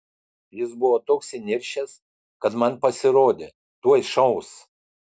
jis buvo toks įniršęs kad man pasirodė tuoj šaus